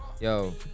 yo